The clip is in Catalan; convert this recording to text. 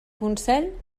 consell